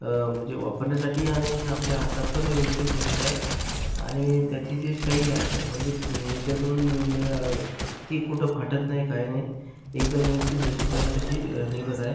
म्हणजे वापरण्यासाठी आणि आपल्या हातात पण व्यवस्थित बसत आहे आणि त्याची जे शाई आहे म्हणजे याच्यातून निघणारवाली ती कुठं फाटत नाही काही नाही एकदम व्यवस्थित जशी पाहिजे तशी निघत आहे